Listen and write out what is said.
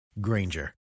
Granger